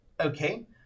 Okay